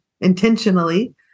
intentionally